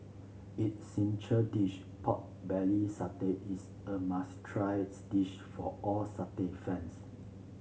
its dish pork belly is a must tries dish for all fans